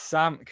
Sam